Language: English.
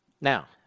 Now